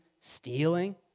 stealing